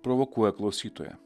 provokuoja klausytoją